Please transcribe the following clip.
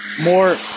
more